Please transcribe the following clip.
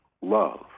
love